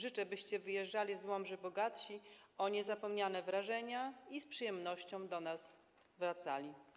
Życzę, byście wyjeżdżali z Łomży bogatsi o niezapomniane wrażenia i z przyjemnością do nas wracali.